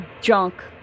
junk